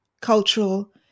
cultural